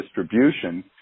distribution